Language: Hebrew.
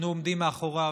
אנחנו עומדים מאחוריו.